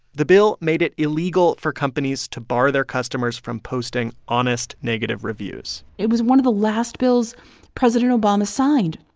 the bill made it illegal for companies to bar their customers from posting honest negative reviews it was one of the last bills president obama signed,